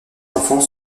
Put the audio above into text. enfants